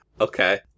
okay